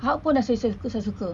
hulk pun saya se~ saya suka